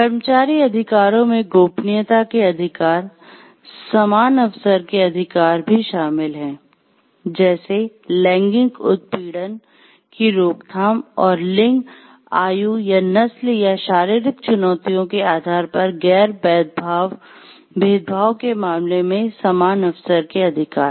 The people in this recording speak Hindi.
कर्मचारी अधिकारों में गोपनीयता के अधिकार "समान अवसर के अधिकार" के मामले में समान अवसर के अधिकार